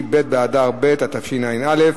בעד, 14, אין מתנגדים, אין נמנעים.